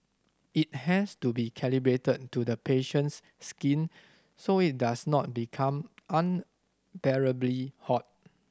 it has to be calibrated to the patient's skin so it does not become unbearably hot